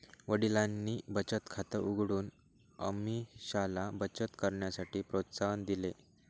वडिलांनी बचत खात उघडून अमीषाला बचत करण्यासाठी प्रोत्साहन दिले